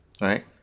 Right